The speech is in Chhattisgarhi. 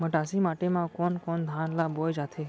मटासी माटी मा कोन कोन धान ला बोये जाथे?